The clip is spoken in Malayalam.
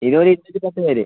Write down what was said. ഇത് ഒരു ഇരുനൂറ്റി പത്ത് പേര്